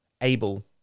able